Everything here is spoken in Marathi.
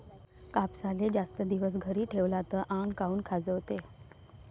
कापसाले जास्त दिवस घरी ठेवला त आंग काऊन खाजवते?